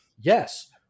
yes